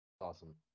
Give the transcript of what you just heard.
Awesome